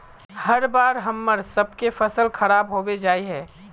हर बार हम्मर सबके फसल खराब होबे जाए है?